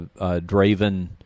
Draven